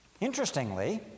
Interestingly